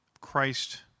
Christ